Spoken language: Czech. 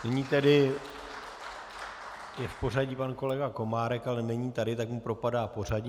Nyní tedy je v pořadí pan kolega Komárek, ale není tady, tak mu propadá pořadí.